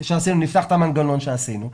נפתח את המנגנון שעשינו,